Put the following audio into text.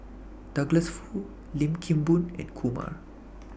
Douglas Foo Lim Kim Boon and Kumar